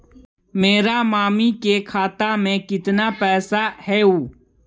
मेरा मामी के खाता में कितना पैसा हेउ?